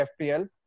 FPL